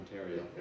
Ontario